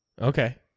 Okay